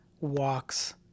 walks